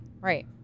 Right